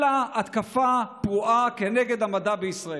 אלא התקפה פרועה כנגד המדע בישראל.